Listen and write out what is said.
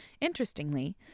Interestingly